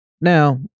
Now